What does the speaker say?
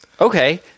Okay